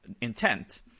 intent